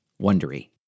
Wondery